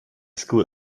school